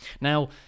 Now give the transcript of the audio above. Now